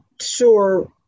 sure